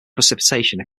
precipitation